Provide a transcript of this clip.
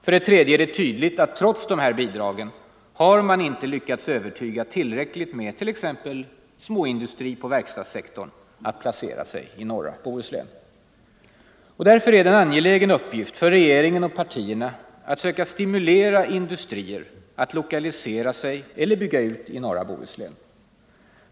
För det tredje är det tydligt att man trots de här bidragen inte lyckats övertyga tillräckligt av t.ex. småindustri på verkstadssektorn att placera sig i norra Bohuslän. Därför är det en angelägen uppgift för regeringen och partierna att söka stimulera industrier att lokalisera sig eller bygga ut i norra Bohuslän.